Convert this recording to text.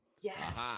Yes